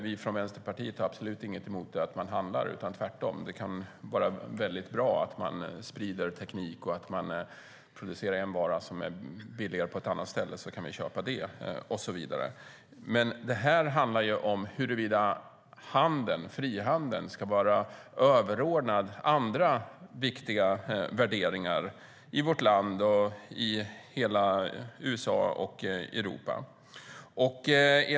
Vi från Vänsterpartiet har absolut inget emot att man handlar av varandra; tvärtom kan det vara väldigt bra att det sprids teknik och att man kan köpa en vara som produceras billigare på ett annat ställe. Men det här handlar ju om huruvida frihandeln ska vara överordnad andra viktiga värderingar i vårt land, i USA och i Europa.